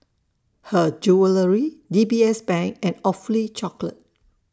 Her Jewellery D B S Bank and Awfully Chocolate